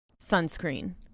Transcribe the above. sunscreen